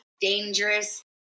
dangerous